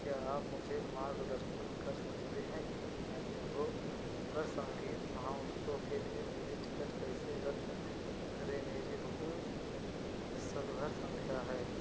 क्या आप मुझे मार्गदर्शन कर सकते हैं कि फैंडैंगो पर संगीत महोत्सव के लिए मेरे टिकट कैसे रद्द करें मेरी बुकिंग संदर्भ संख्या है